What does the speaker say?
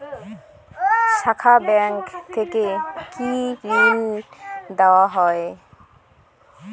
শাখা ব্যাংক থেকে কি ঋণ দেওয়া হয়?